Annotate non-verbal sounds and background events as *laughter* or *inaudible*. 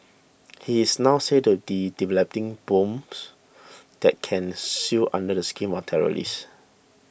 he is now said to *unintelligible* developing bombs that can sue under the skin of terrorists